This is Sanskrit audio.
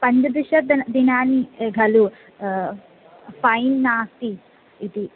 पञ्चदश दिन दिनानि खलु फ़ैन् नास्ति इति